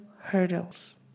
hurdles